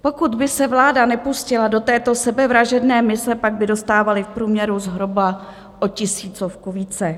Pokud by se vláda nepustila do této sebevražedné mise, pak by dostávali v průměru zhruba o tisícovku více.